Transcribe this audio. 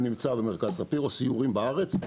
הוא נמצא במרכז ספיר או בסיורים בארץ.